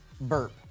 burp